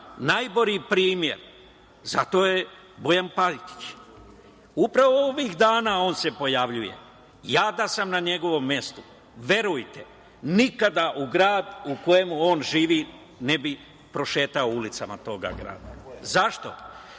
najgori primer za to je Bojan Pajtić. Upravo ovih dana on se pojavljuje. Ja da sam na njegovom mestu, verujte, nikada u grad u kojem on živi ne bih prošetao ulicama tog grada. Zašto?